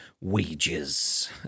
wages